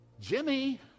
Jimmy